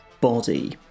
body